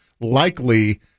likely